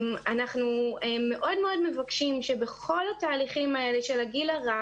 אנחנו מאוד מאוד מבקשים שבכל התהליכים האלה של הגיל הרך,